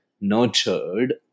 nurtured